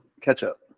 Ketchup